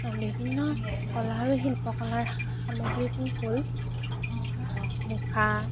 বিভিন্ন কলা আৰু শিল্পকলাৰ সামগ্ৰীবোৰ হ'ল মুখা